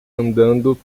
andando